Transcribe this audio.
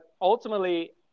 ultimately